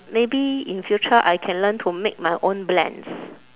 maybe in future I can learn to make my own blends